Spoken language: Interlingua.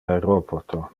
aeroporto